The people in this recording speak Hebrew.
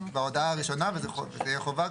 בהודעה הראשונה וזאת תהיה חובה.